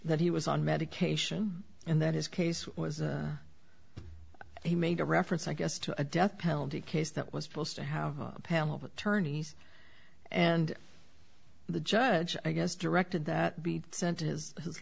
he was on medication and that his case was he made a reference i guess to a death penalty case that was supposed to have a panel of attorneys and the judge i guess directed that be sent to his his